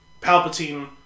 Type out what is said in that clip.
Palpatine